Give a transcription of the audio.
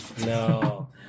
No